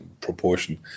proportion